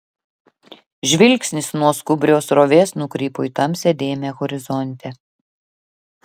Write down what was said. žvilgsnis nuo skubrios srovės nukrypo į tamsią dėmę horizonte